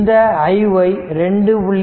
இந்த iy 2